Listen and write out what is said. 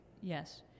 yes